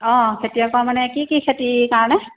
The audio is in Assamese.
অঁ খেতিয়কৰ মানে কি কি খেতিৰ কাৰণে